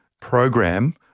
program